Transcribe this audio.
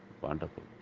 wonderful